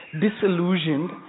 disillusioned